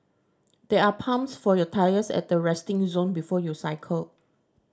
there are pumps for your tyres at the resting zone before you cycle